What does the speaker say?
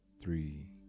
three